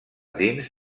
dins